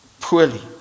poorly